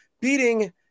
beating